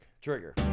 trigger